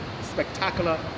spectacular